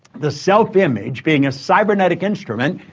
the self image, being a cybernetic instrument,